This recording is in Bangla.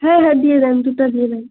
হ্যাঁ হ্যাঁ দিয়ে দিন দুটো দিয়ে দিন